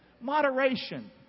Moderation